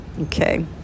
Okay